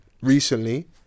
recently